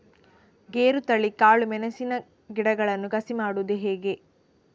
ಗೇರುತಳಿ, ಕಾಳು ಮೆಣಸಿನ ಗಿಡಗಳನ್ನು ಕಸಿ ಮಾಡುವುದು ಹೇಗೆ?